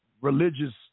religious